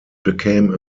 became